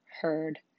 heard